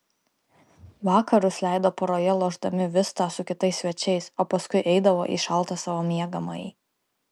vakarus leido poroje lošdami vistą su kitais svečiais o paskui eidavo į šaltą savo miegamąjį